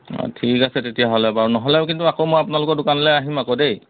অঁ ঠিক আছে তেতিয়াহ'লে বাৰু নহ'লেও কিন্তু আকৌ মই আপোনালোকৰ দোকানলৈ আহিম আকৌ দেই